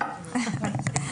הערה.